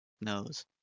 knows